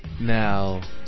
Now